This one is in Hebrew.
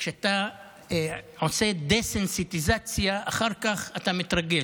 שבהן כשאתה עושה דסנסיטיזציה, אתה מתרגל